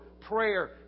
prayer